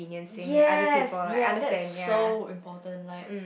yes yes that's so important like